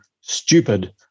stupid